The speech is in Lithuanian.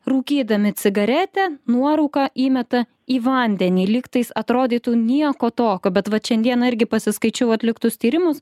rūkydami cigaretę nuorūką įmeta į vandenį lyg tais atrodytų nieko tokio bet vat šiandieną irgi pasiskaičiau atliktus tyrimus